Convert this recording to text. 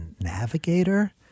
navigator